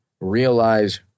realize